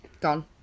gone